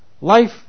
life